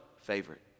favorite